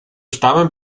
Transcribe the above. stammen